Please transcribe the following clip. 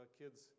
kids